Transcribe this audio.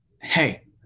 Hey